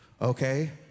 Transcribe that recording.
okay